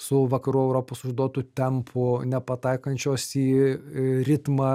su vakarų europos užduotu tempu nepataikančios į ritmą